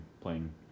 playing